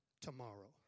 tomorrow